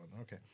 Okay